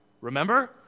Remember